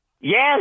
Yes